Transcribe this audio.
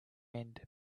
end